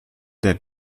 der